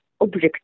object